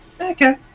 Okay